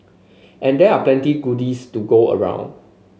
and there are plenty goodies to go around